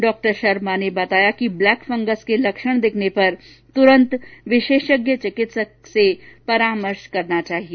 डॉ शर्मा ने बताया कि ब्लैक फंगस के लक्षण दिखने पर तुरन्त विशेषज्ञ चिकित्सक से परामर्श करना चाहिए